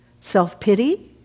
self-pity